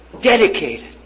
dedicated